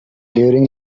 during